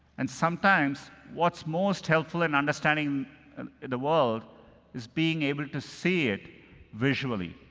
and sometimes, what's most helpful in understanding the world is being able to see it visually.